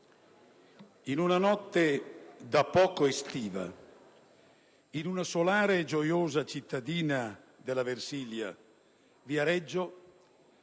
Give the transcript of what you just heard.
in una notte da poco estiva, in una solare e gioiosa cittadina della Versilia, Viareggio,